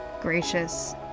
gracious